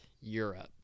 Europe